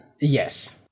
yes